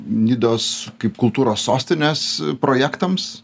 nidos kaip kultūros sostinės projektams